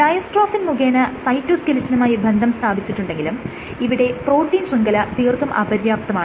dystrophin മുഖേന സൈറ്റോസ്കെലിറ്റനുമായി ബന്ധം സ്ഥാപിച്ചിട്ടുണ്ടെങ്കിലും ഇവിടെ പ്രോട്ടീൻ ശൃംഖല തീർത്തും അപര്യാപ്തമാണ്